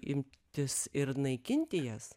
imtis ir naikinti jas